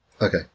okay